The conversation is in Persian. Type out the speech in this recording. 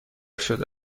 شده